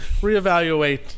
reevaluate